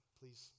please